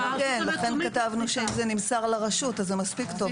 לכן כתבנו שאם זה נמסר לרשות, אז זה מספיק טוב.